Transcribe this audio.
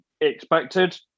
expected